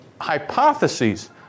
hypotheses